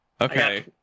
Okay